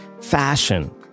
fashion